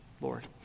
Lord